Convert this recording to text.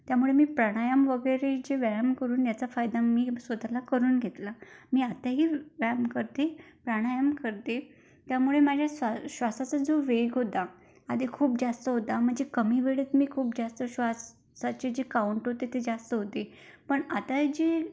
त्यामुळे मी प्राणायाम वगैरे जे व्यायाम करून याचा फायदा मी स्वतःला करून घेतला मी आताही व्यायाम करते प्राणायाम करते त्यामुळे माझ्या स्वा श्वासाचा जो वेग होता आधी खूप जास्त होता म्हणजे कमी वेळेत मी खूप जास्त श्वासाचे जे काउंट होते ते जास्त होते पण आता जे